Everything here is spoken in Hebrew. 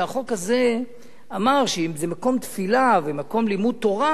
והחוק הזה אמר שאם זה מקום תפילה ומקום לימוד תורה,